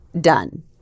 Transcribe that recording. done